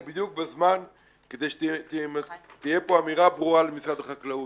הוא בדיון בזמן כדי שתהיה פה אמירה ברורה למשרד החקלאות.